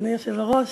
אדוני היושב-ראש,